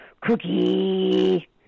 Cookie